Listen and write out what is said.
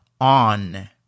on